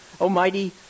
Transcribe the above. Almighty